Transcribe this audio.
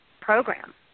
program